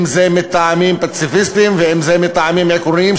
אם מטעמים פציפיסטיים ואם מטעמים עקרוניים,